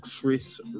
chris